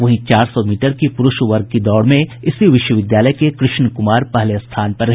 वहीं चार सौ मीटर की पुरूष वर्ग की दौड़ में इसी विश्वविद्यालय के कृष्ण कुमार पहले स्थान पर रहे